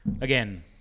again